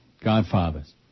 Godfathers